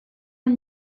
are